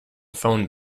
phone